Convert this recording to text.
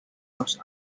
los